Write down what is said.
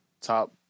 top